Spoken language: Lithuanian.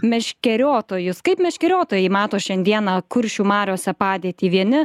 meškeriotojus kaip meškeriotojai mato šiandieną kuršių mariose padėtį vieni